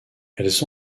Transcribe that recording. elles